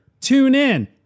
TuneIn